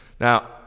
Now